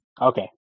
Okay